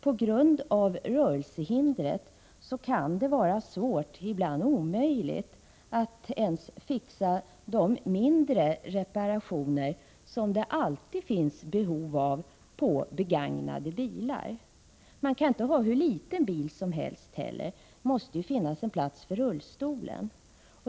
På grund av rörelsehindret kan det vara svårt, ibland omöjligt, att ens fixa de mindre reparationer som det alltid finns behov av på 147 begagnade bilar. Man kan inte heller ha hur liten bil som helst — det måste finnas plats för rullstolen.